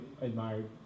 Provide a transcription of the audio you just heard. admired